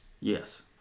Yes